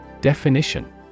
Definition